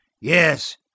Yes